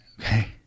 Okay